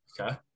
okay